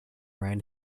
ran